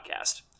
Podcast